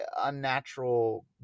unnatural